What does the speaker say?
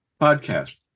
podcast